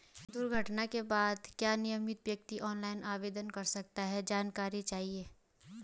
दुर्घटना के बाद क्या नामित व्यक्ति ऑनलाइन आवेदन कर सकता है कैसे जानकारी चाहिए?